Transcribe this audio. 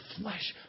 flesh